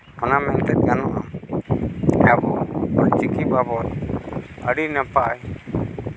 ᱚᱱᱟ ᱢᱮᱱᱛᱮ ᱜᱟᱱᱚᱜᱼᱟ ᱟᱵᱚ ᱚᱞᱪᱤᱠᱤ ᱵᱟᱵᱚᱫᱽ ᱟᱹᱰᱤ ᱱᱟᱯᱟᱭ